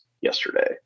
yesterday